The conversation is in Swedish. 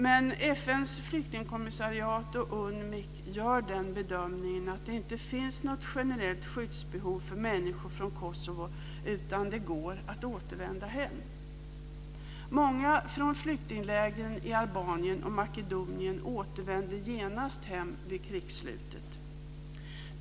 Men FN:s flyktingkommissariat och UNMIK gör den bedömningen att det inte finns något generellt skyddsbehov för människor från Kosovo, utan det går att återvända hem. Många från flyktinglägren i Albanien och Makedonien återvände genast hem vid krigsslutet.